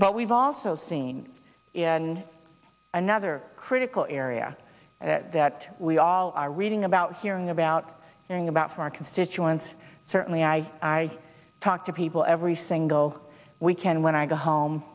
but we've also seen another critical area that we all are reading about hearing about hearing about for our constituents certainly i talk to people every single weekend when i go home